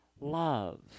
love